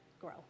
grow